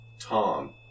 Tom